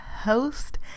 host